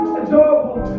adorable